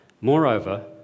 Moreover